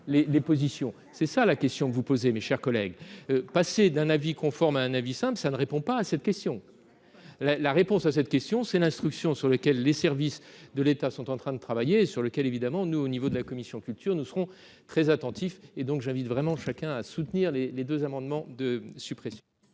c'est ça la question que vous posez, mes chers collègues, passer d'un avis conforme à un avis simple ça ne répond pas à cette question, la la réponse à cette question, c'est l'instruction sur lequel les services de l'État sont en train de travailler sur lequel évidemment nous au niveau de la commission culture, nous serons très attentifs et donc j'invite vraiment chacun à soutenir les les 2 amendements de suppression.